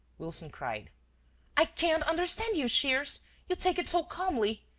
wilson cried i can't understand you, shears you take it so calmly!